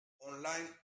online